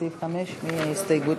סעיפים 2 4 נתקבלו.